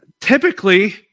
typically